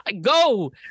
Go